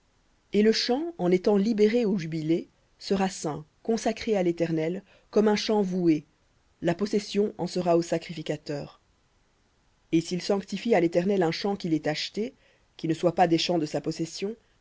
et le champ en étant libéré au jubilé sera saint à l'éternel comme un champ voué la possession en sera au sacrificateur et s'il sanctifie à l'éternel un champ qu'il ait acheté qui ne soit pas des champs de sa possession